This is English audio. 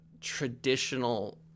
traditional